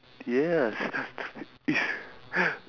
yes